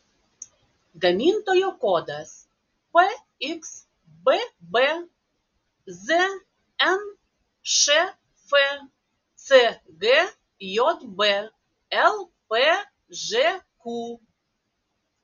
gamintojo kodas pxbb znšf cgjb lpžq